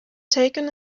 taken